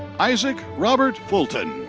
isaac robert fulton.